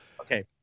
okay